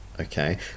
okay